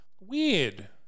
weird